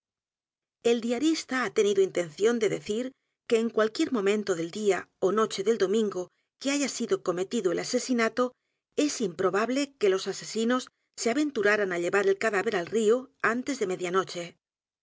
s t a ha tenido intención de decir que en cualquier momento del día ó noche del domingo que haya sido cometido el asesinato es improbable que los asesinos se aventuraran á llevar el cadáver al río antes de